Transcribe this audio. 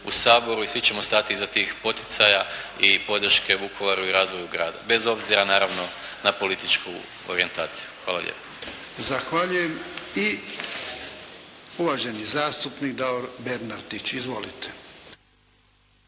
u Saboru i svi ćemo stati iza tih poticaja i podrške Vukovaru i razvoju grada, bez obzira naravno na političku orijentaciju. Hvala lijepo. **Jarnjak, Ivan (HDZ)** Zahvaljujem. I uvaženi zastupnik Davor Bernardić. Izvolite.